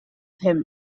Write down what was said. him